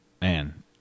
Man